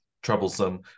troublesome